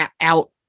out